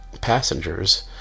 passengers